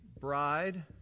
Bride